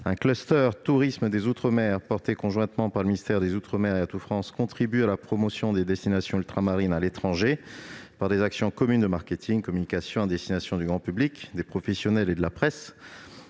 Un cluster « tourisme des outre-mer », porté conjointement par le ministère des outre-mer et Atout France, contribue à la promotion des destinations ultramarines à l'étranger par des actions communes de marketing et de communication à destination du grand public, menées par des professionnels du tourisme